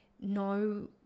no